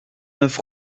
neuf